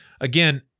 again